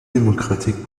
démocratique